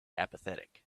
apathetic